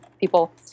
people